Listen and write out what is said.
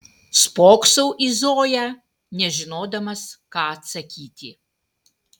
spoksau į zoją nežinodamas ką atsakyti